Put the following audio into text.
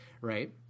right